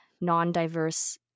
non-diverse